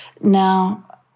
Now